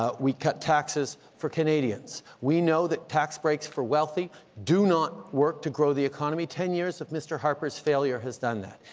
ah we cut taxes for canadians. we know that tax breaks for wealthy do not work to grow the economy. ten years of mr. harper's failure has done that.